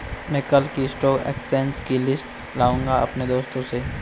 मै कल की stock exchange की लिस्ट लाऊंगा अपने दोस्त से